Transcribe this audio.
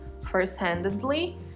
first-handedly